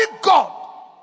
God